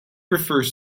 refers